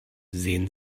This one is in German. sehen